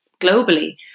globally